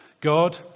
God